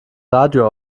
radio